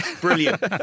brilliant